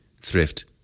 thrift